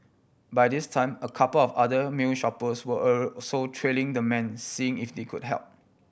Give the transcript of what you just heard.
by this time a couple of other male shoppers were also trailing the man seeing if they could help